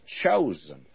chosen